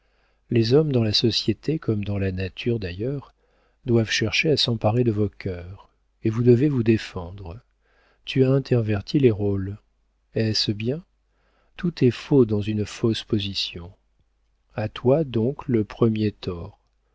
les hommes dans la société comme dans la nature d'ailleurs doivent chercher à s'emparer de vos cœurs et vous devez vous défendre tu as interverti les rôles est-ce bien tout est faux dans une fausse position a toi donc le premier tort